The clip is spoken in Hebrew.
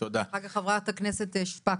אחר כך חברת הכנסת שפק,